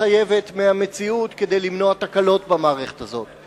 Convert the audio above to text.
מתחייבת מהמציאות, כדי למנוע תקלות במערכת הזאת.